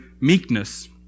meekness